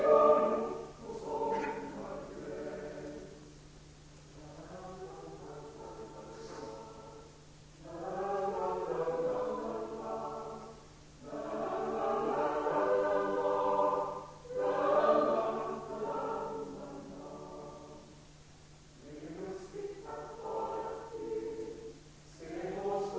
Jag vill rikta ett tack till er för det viktiga arbete ni utför för vårt land. Jag vill tacka de tre vice talmännen för ett fint samarbete och gott stöd i mitt arbete.